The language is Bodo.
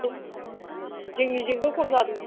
औ जोंनिजोंबो खम जादों